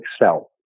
excel